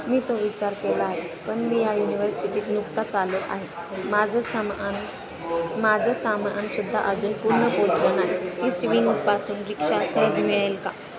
मी तो विचार केला आहे पण मी या युनिवर्सिटीत नुकताच आलो आहे माझं सामान माझं सामानसुद्धा अजून पूर्ण पोहचलं नाही ईस्ट विंगपासून रिक्षा सहज मिळेल का